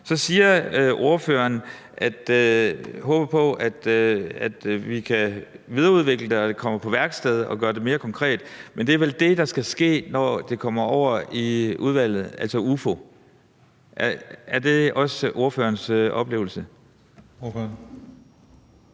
Så siger ordføreren, at han håber på, at vi kan videreudvikle det, at det kommer på værksted og bliver mere konkret. Men det er vel det, der skal ske, når det kommer over i Udvalget for Forretningsordenen? Er det også ordførerens oplevelse?